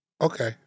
Okay